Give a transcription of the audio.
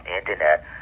internet